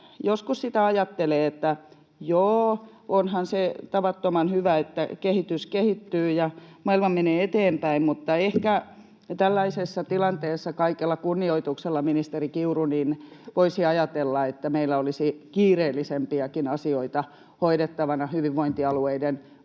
joskus sitä ajattelee, että joo, onhan se tavattoman hyvä, että kehitys kehittyy ja maailma menee eteenpäin, mutta ehkä tällaisessa tilanteessa — kaikella kunnioituksella, ministeri Kiuru — voisi ajatella, että meillä olisi kiireellisempiäkin asioita hoidettavana hyvinvointialueiden